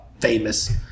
famous